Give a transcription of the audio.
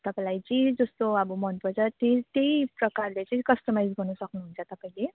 तपाईँलाई जे जस्तो अब मनपर्छ त्यही त्यही प्रकारले चाहिँ कस्टमाइज गर्नु सक्नुहुन्छ तपाईँले